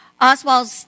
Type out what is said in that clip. Oswald